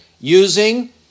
using